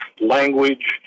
language